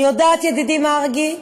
אני יודעת, ידידי מרגי,